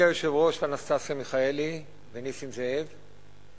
קובע שהצעת חוק זו עברה בקריאה ראשונה ותעבור